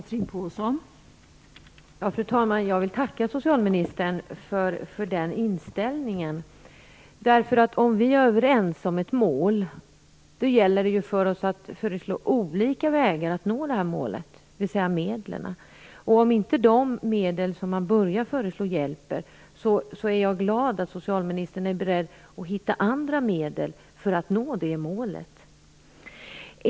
Fru talman! Jag vill tacka socialministern för hennes inställning. Om vi är överens om ett mål gäller det för oss att föreslå olika vägar, dvs. medel, för att nå dessa mål. Om nu inte de medel som man börjar med att föreslå hjälper, är jag glad att socialministern är beredd att hitta andra medel för att nå målet.